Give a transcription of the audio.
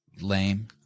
lame